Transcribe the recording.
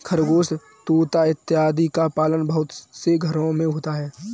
खरगोश तोता इत्यादि का पालन बहुत से घरों में होता है